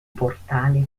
portale